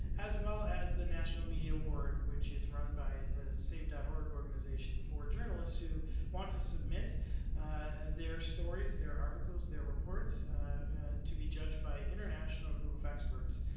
as well as the national media award, which is run by the save dot org organization, for journalists who want to submit their stories, their articles, their reports to be judged by international group of experts.